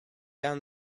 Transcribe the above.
down